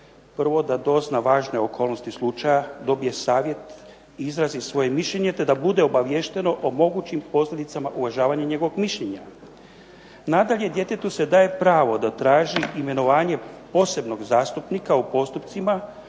Prvo, da dozna važne okolnosti slučaja, dobije savjet, izrazi svoje mišljenje te da bude obaviješteno o mogućim posljedicama uvažavanja njegovog mišljenja. Nadalje, djetetu se daje pravo da traži imenovanje posebnog zastupnika u postupcima